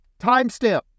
Timestamp